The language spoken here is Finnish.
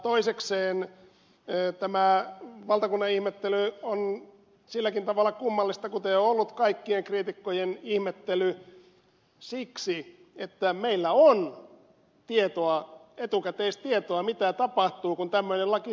toisekseen tämä valtakunnanihmettely on silläkin tavalla kummallista kuten on ollut kaikkien kriitikkojen ihmettely että meillä oli etukäteistietoa mitä tapahtuu kun tällainen laki säädetään